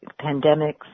pandemics